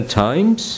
times